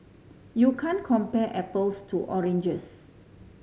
you can't compare apples to oranges